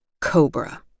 Cobra